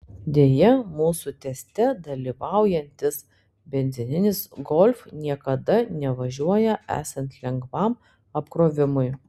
deja mūsų teste dalyvaujantis benzininis golf niekada nevažiuoja esant lengvam apkrovimui